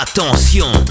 Attention